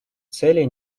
целей